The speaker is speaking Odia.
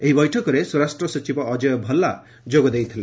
ଏହି ବୈଠକରେ ସ୍ୱରାଷ୍ଟ୍ର ସଚିବ ଅଜୟ ଭଲ୍ଲା ଯୋଗ ଦେଇଥିଲେ